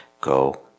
go